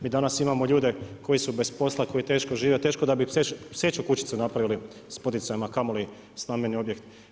Mi danas imamo ljude koji su bez posla, koji teško žive teško da bi i pseću kućicu napravili sa poticajima a kamoli stambeni objekt.